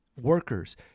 workers